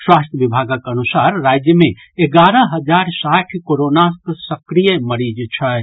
स्वास्थ्य विभाग अनुसार राज्य मे आइ एगारह हजार साठि कोरोनाक सक्रिय मरीज छथि